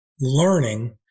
learning